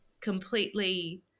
completely